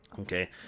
okay